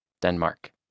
Denmark